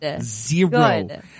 zero